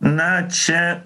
na čia